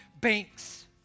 banks